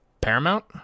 Paramount